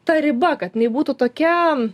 ta riba kad jinai būtų tokia